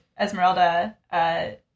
Esmeralda